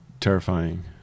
terrifying